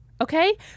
Okay